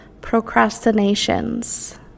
procrastinations